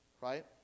right